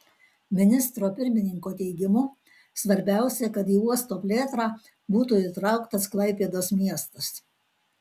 ministro pirmininko teigimu svarbiausia kad į uosto plėtrą būtų įtrauktas klaipėdos miestas